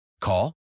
Call